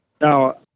Now